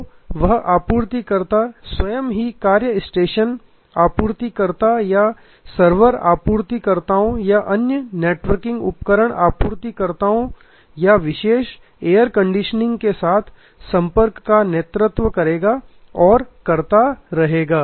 तो वह आपूर्तिकर्ता स्वयं ही कार्य स्टेशन आपूर्तिकर्ताओं या सर्वर आपूर्तिकर्ताओं या अन्य नेटवर्किंग उपकरण आपूर्तिकर्ताओं या विशेष एयर कंडीशनिंग के साथ संपर्क का नेतृत्व करेगा और करता रहेगा